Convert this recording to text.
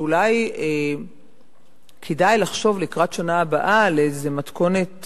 שאולי כדאי לחשוב לקראת השנה הבאה על איזו מתכונת